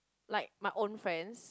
like my own friends